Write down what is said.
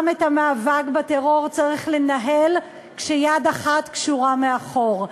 גם את המאבק בטרור צריך לנהל כשיד אחת קשורה מאחור.